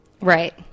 Right